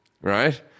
right